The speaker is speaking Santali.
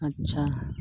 ᱟᱪᱪᱷᱟ